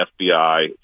fbi